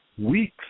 weeks